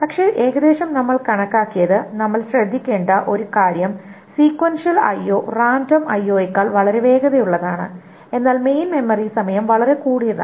പക്ഷേ ഏകദേശം നമ്മൾ കണക്കാക്കിയത് നമ്മൾ ശ്രദ്ധിക്കേണ്ട ഒരു കാര്യം sequential IO Sequential IO random IO Random IO യേക്കാൾ വളരെ വേഗതയുള്ളതാണ് എന്നാൽ മെയിൻ മെമ്മറി സമയം വളരെ വേഗത കൂടിയതാണ്